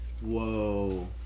whoa